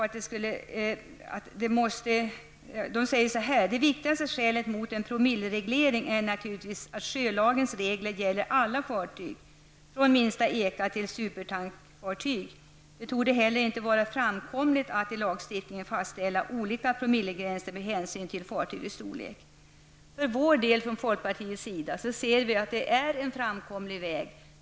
Överåklagaren säger bl.a.: ''Det viktigaste skälet emot en promillereglering är naturligtvis att sjölagens regler gäller alla fartyg, från minsta eka till supertankfartyg. Det torde heller inte vara framkomligt att i lagstiftningen fastställa olika promillegränser med hänsyn till fartygets storlek.'' Vi i folkpartiet ser att detta är en framkomlig väg.